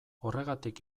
horregatik